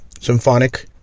symphonic